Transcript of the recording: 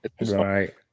right